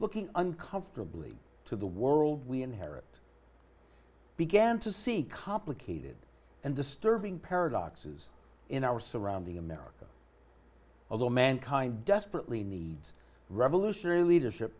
looking uncomfortably to the world we inherit began to see complicated and disturbing paradoxes in our surrounding america although mankind desperately needs revolutionary leadership